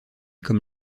comme